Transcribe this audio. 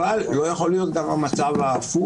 אבל גם לא יכול להיות המצב ההפוך.